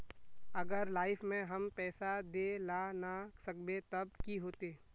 अगर लाइफ में हम पैसा दे ला ना सकबे तब की होते?